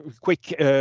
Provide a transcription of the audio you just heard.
quick